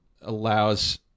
allows